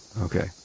Okay